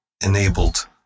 enabled